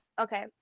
okay